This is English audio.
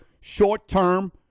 short-term